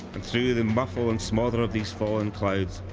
and through the muffle and smother of these fallen clouds,